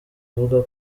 avuga